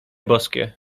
boskie